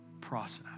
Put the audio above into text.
process